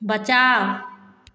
बचा